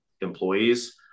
employees